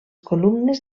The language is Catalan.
columnes